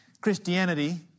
Christianity